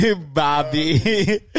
Bobby